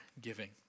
giving